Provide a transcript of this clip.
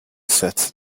sets